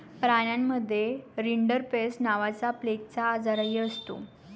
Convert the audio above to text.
प्राण्यांमध्ये रिंडरपेस्ट नावाचा प्लेगचा आजारही असतो